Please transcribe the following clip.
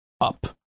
up